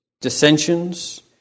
dissensions